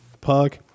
pug